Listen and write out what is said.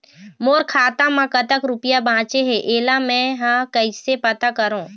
मोर खाता म कतक रुपया बांचे हे, इला मैं हर कैसे पता करों?